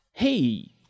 Hey